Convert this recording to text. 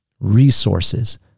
Resources